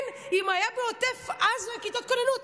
כן, אם היו בעוטף עזה כיתות כוננות.